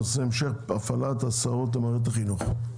הנושא הוא המשך הפעלת ההסעות למערכת החינוך.